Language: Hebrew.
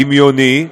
דמיוני,